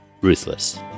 Ruthless